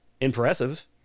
impressive